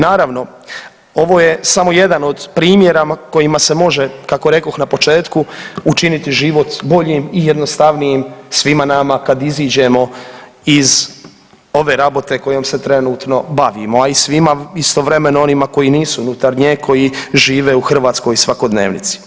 Naravno, ovo je samo jedan od primjera kojima se može, kako rekoh na početku, učiniti život boljim i jednostavnijim svima nama kad iziđemo iz ove rabote kojom se trenutno bavimo, a i svima istovremeno, onima koji nisu unutar nje, koji žive u hrvatskoj svakodnevnici.